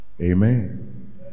Amen